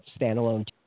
standalone